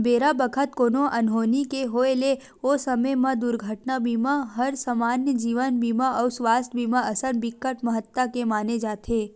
बेरा बखत कोनो अनहोनी के होय ले ओ समे म दुरघटना बीमा हर समान्य जीवन बीमा अउ सुवास्थ बीमा असन बिकट महत्ता के माने जाथे